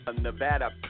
Nevada